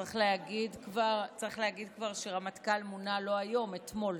צריך להגיד כבר שהרמטכ"ל מונה לא היום, אתמול.